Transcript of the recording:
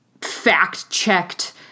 fact-checked